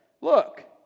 look